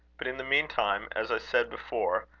but, in the meantime, as i said before,